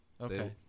Okay